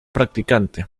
practicante